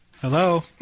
Hello